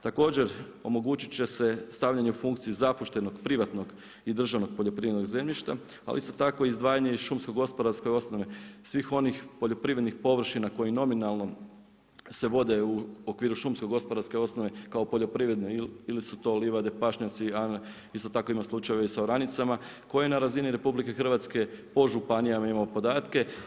Također omogućit će se stavljanje u funkciju zapuštenog privatnog i državnog poljoprivrednog zemljišta, ali isto tako i izdvajanje iz šumsko-gospodarske osnove svih onih poljoprivrednih površina koji nominalno se vode u okviru šumsko-gospodarske osnove kao poljoprivrede ili su to livade, pašnjaci, a isto tako ima slučajeva i sa oranicama koje na razini RH po županijama imamo podatke.